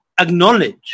acknowledge